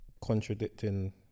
contradicting